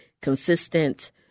consistent